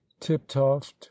tiptoft